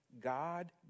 God